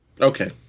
Okay